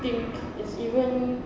I think it's even